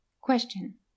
Question